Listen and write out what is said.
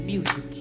Music